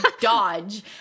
dodge